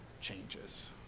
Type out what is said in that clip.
changes